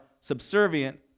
subservient